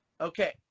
okay